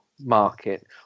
market